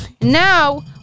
Now